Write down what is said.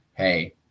Hey